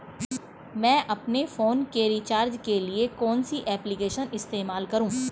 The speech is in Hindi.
मैं अपने फोन के रिचार्ज के लिए कौन सी एप्लिकेशन इस्तेमाल करूँ?